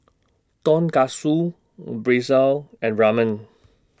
Tonkatsu Pretzel and Ramen